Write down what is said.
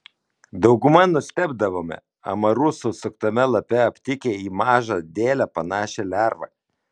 dauguma nustebdavome amarų susuktame lape aptikę į mažą dėlę panašią lervą